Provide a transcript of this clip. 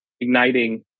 igniting